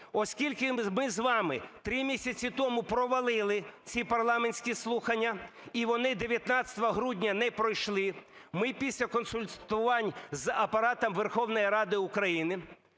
Оскільки ми з вами три місяці тому провалили ці парламентські слухання і вони 19 грудня не пройшли, ми після консультувань з Апаратом Верховної Ради України